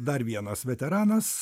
dar vienas veteranas